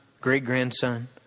great-grandson